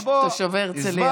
תושבי הרצליה.